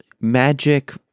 magic